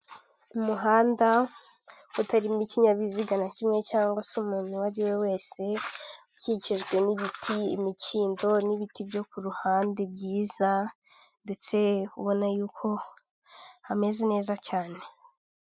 Inzu iri ku isoko igurishwa nziza iri kimironko i Kigali isa umweru ikaba ikikijwe n'amakaro n'ibirahuri ikaba ifite amapave ashashe hasi n'indabyo ziteye ku ruhande.